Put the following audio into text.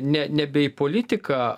ne nebe į politiką